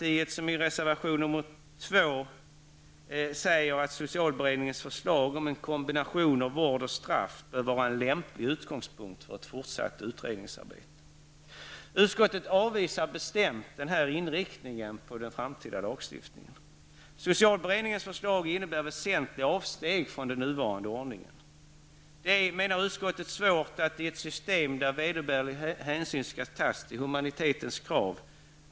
I reservation nr 2 menar folkpartiet att socialberedningens förslag om en kombination av vård och straff bör vara en lämplig utgångspunkt för ett fortsatt utredningsarbete. Utskottet avvisar bestämt denna inriktning när det gäller den framtida lagstiftningen. Socialberedningens förslag innebär väsentliga avsteg från den nuvarande ordningen. Utskottet menar att det är svårt att acceptera socialberedningens förslag i ett system där vederbörlig hänsyn skall tas till humanitetens krav.